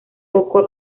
poco